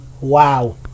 Wow